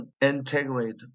integrate